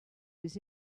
was